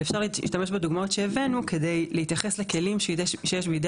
אבל אפשר להשתמש בדוגמאות שהבאנו כדי להתייחס לכלים שיש בידי